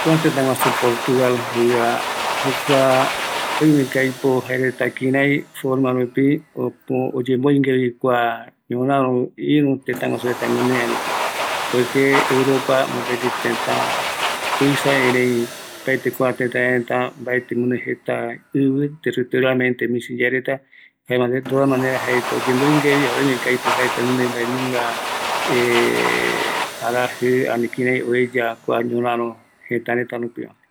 Kua tëtä guasu portugal, oïmevi jëräkua oiko ñorärö rupi, jare oekavi arakae yave mbaeyekou iyeɨpe reta, jüküraïpe oureta öväe kua yadeɨvɨ rupi, jaeramo gueru oeya jeko, iñee koropi, añaverupi oiko kua tëtävaera oïmeko aipo oesa reta mbae jekopeguako oiko reta añavërupi